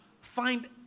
find